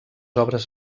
obres